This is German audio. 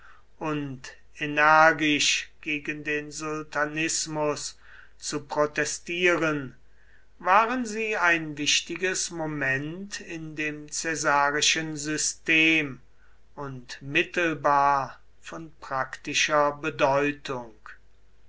und energisch gegen den sultanismus zu protestieren waren sie ein wichtiges moment in dem caesarischen system und mittelbar von praktischer bedeutung